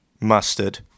Mustard